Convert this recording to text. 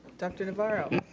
dr. navarro.